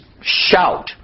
shout